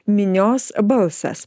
minios balsas